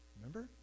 Remember